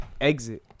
exit